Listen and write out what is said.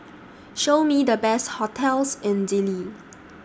Show Me The Best hotels in Dili